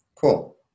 Cool